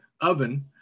oven